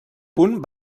punt